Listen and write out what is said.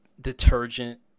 detergent